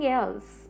else